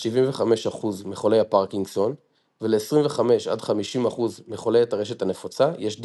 ל50-75% מחולי הפרקינסון ול25-50% מחולי הטרשת הנפוצה יש דכאון,